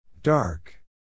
Dark